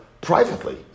privately